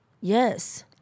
Yes